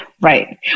right